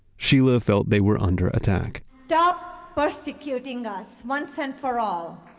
sheela felt they were under attack stop persecuting us once and for all.